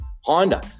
Honda